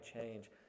change